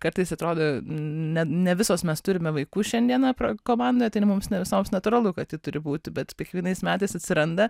kartais atrodo ne ne visos mes turime vaikų šiandieną komandoje tai yra mums ne visoms natūralu kad taip turi būti bet kiekvienais metais atsiranda